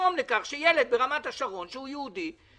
לגרום לכך שילד ברמת השרון, שהוא יהודי,